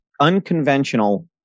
unconventional